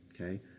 okay